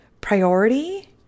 priority